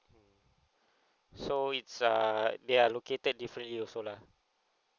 so it's uh they're located differently also lah